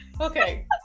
Okay